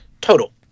total